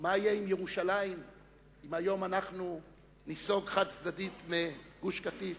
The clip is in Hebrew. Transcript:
מה יהיה עם ירושלים אם היום אנחנו ניסוג חד-צדדית מגוש-קטיף,